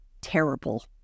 terrible